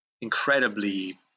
incredibly